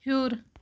ہیوٚر